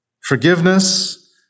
Forgiveness